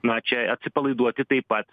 na čia atsipalaiduoti taip pat